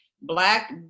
black